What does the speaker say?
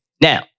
Now